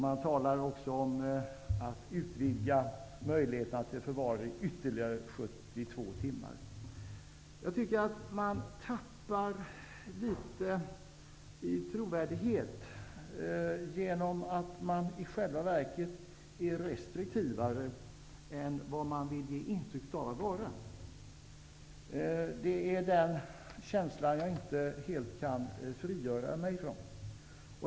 Man talar också om att utvidga möjligheterna till förvar i ytterligare 72 timmar. Jag tycker att man tappar litet i trovärdighet genom att man i själva verket är restriktivare än vad man vill ge intryck av att vara. Det är en känsla som jag inte helt kan frigöra mig ifrån.